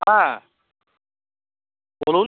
হ্যাঁ বলুন